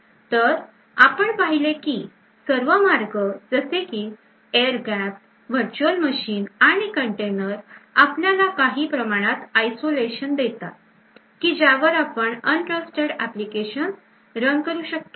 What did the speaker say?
तर आपण पाहिले की सर्व मार्ग जसे की air gapped virtual machine आणि कंटेनर आपल्याला काही प्रमाणात आयसोलेशन देतात की ज्यावर आपण अविश्वासू एप्लिकेशन्स रन करू शकतो